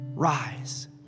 Rise